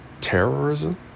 terrorism